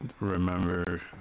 remember